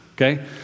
okay